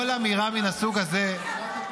כל אמירה מן הסוג הזה ------ אורית,